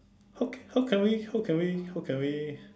how can how can we how can we how can we